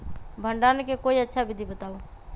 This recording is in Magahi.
भंडारण के कोई अच्छा विधि बताउ?